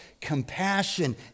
compassion